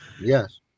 yes